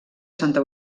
santa